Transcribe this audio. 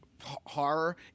horror